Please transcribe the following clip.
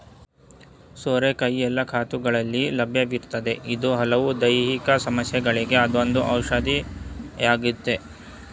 ಸೋರೆಕಾಯಿ ಎಲ್ಲ ಋತುಗಳಲ್ಲಿ ಲಭ್ಯವಿರ್ತದೆ ಇದು ಹಲವು ದೈಹಿಕ ಸಮಸ್ಯೆಗಳಿಗೆ ಅದೊಂದು ಔಷಧಿಯಾಗಯ್ತೆ